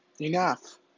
enough